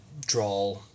draw